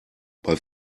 bei